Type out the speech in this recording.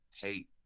hate